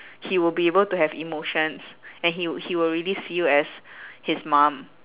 he will be able to have emotions and he would he will really see you as his mum